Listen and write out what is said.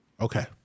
Okay